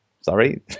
sorry